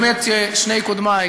באמת ששני קודמי,